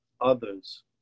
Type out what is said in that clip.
others